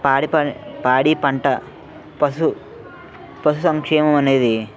పాడి పం పాడి పంట పశు పశు సంక్షేమం అనేది